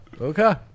okay